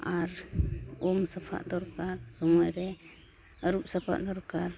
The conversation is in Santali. ᱟᱨ ᱩᱢ ᱥᱟᱯᱷᱟᱜ ᱫᱚᱨᱠᱟᱨ ᱥᱚᱢᱚᱭ ᱨᱮ ᱟᱹᱨᱩᱵ ᱥᱟᱯᱷᱟᱜ ᱫᱚᱨᱠᱟᱨ